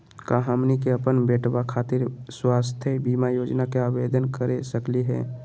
का हमनी के अपन बेटवा खातिर स्वास्थ्य बीमा योजना के आवेदन करे सकली हे?